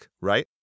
right